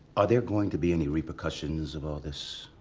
are there going to be any repercussions of all this?